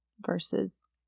versus